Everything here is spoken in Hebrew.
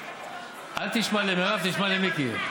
אל תשמע למרב, תשמע למיקי.